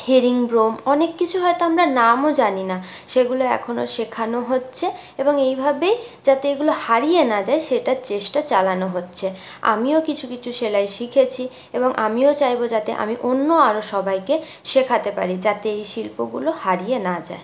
herringbone অনেক কিছু হয়তো আমরা নামও জানি না সেগুলো এখনো শেখানো হচ্ছে এবং এইভাবে যাতে এগুলো হারিয়ে না যায় সেটার চেষ্টা চালানো হচ্ছে আমিও কিছু কিছু সেলাই শিখেছি এবং আমিও চাইব যাতে আমি অন্য আরও সবাইকে শেখাতে পারি যাতে এই শিল্পগুলো হারিয়ে না যায়